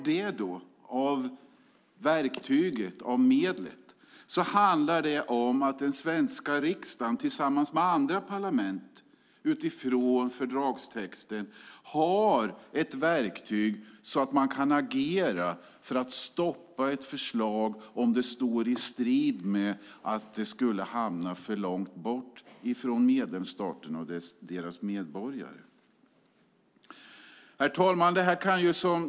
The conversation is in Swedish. Det handlar alltså om att den svenska riksdagen tillsammans med andra parlament utifrån fördragstexten har ett verktyg att agera för att stoppa ett förslag som skulle hamna för långt bort från medlemsstaterna och deras medborgare. Herr talman!